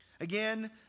Again